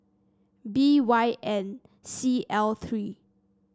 B Y N C L three